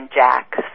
Jack